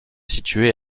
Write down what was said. situé